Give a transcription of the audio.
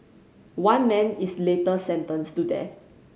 one man is later sentenced to death